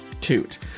toot